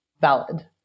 valid